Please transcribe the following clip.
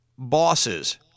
Bosses